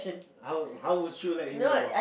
how how would you let him know